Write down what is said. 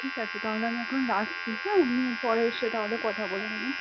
ঠিক আছে তাহলে আমি এখন রাখছি হ্যাঁ আপনি পরে এসে তাহলে কথা বলে নেবেন